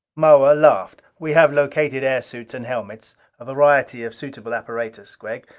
moa laughed. we have located air suits and helmets a variety of suitable apparatus, gregg.